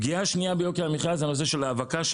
פגיעה שנייה ביוקר המחיה זה נושא של האבקה,